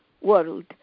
world